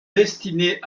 destinés